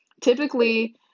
Typically